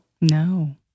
No